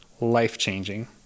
Life-changing